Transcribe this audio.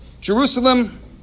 Jerusalem